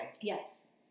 Yes